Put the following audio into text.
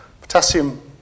potassium